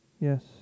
Yes